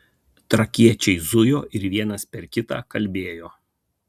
trakiečiai zujo ir vienas per kitą kalbėjo